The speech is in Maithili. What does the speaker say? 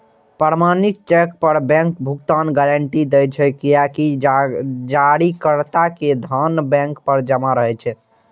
प्रमाणित चेक पर बैंक भुगतानक गारंटी दै छै, कियैकि जारीकर्ता के धन बैंक मे जमा रहै छै